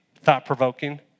thought-provoking